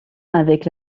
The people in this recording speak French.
avec